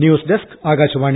news desk Akashvani